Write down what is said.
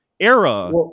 Era